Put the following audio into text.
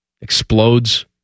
explodes